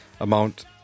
amount